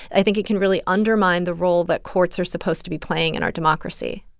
i think it can really undermine the role that courts are supposed to be playing in our democracy